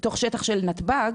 השטח של נתב"ג,